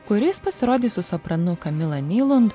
kuris pasirodys su sopranu kamila nylund